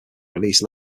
released